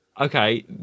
Okay